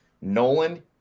Nolan